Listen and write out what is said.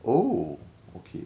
oh okay